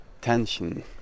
tension